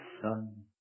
son